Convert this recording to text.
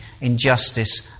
injustice